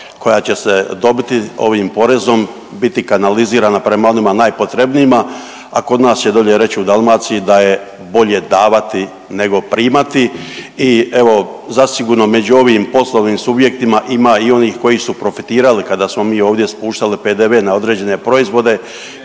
koja će se dobiti ovim porezom, biti kanalizirana prema onima najpotrebnijima, a kod nas će dolje reći u Dalmaciji da je bolje davati nego primati i evo, zasigurno među ovim poslovnim subjektima ima i onih koji su profitirali kada smo mi ovdje spuštali PDV na određene proizvode